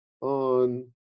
on